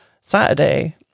Saturday